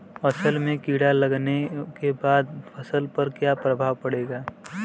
असल में कीड़ा लगने के बाद फसल पर क्या प्रभाव पड़ेगा?